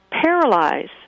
paralyze